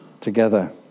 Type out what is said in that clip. together